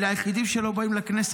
אלה היחידים שלא באים לכנסת.